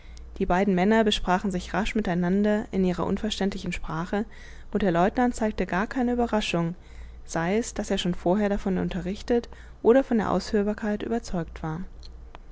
die beiden männer besprachen sich rasch miteinander in ihrer unverständlichen sprache und der lieutenant zeigte gar keine ueberraschung sei es daß er schon vorher davon unterrichtet oder von der ausführbarkeit überzeugt war